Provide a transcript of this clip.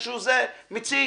אבל זה משהו שאני עשיתי.